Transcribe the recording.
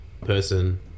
person